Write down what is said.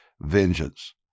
vengeance